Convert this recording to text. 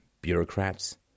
bureaucrats